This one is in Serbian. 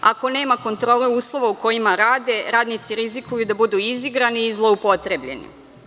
Ako nema kontrole uslova u kojima rade, radnici rizikuju da budu izigrani i zloupotrebljeni.